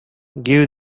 give